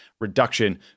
reduction